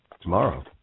Tomorrow